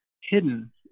hidden